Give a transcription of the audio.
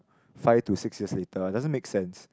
five to six years later it doesn't make sense